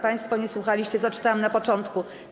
Państwo nie słuchaliście, co czytałam na początku.